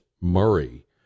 Murray